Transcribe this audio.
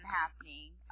happening